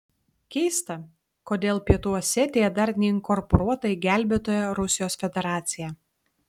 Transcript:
keista kodėl pietų osetija dar neinkorporuota į gelbėtoją rusijos federaciją